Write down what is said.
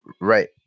Right